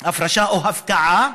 הפרשה או הפקעה.